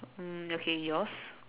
mm okay yours